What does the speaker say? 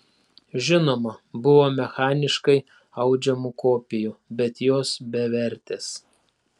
žinoma buvo mechaniškai audžiamų kopijų bet jos bevertės